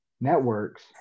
networks